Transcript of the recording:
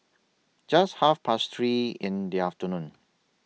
Just Half Past three in The afternoon